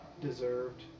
Deserved